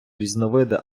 різновиди